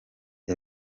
com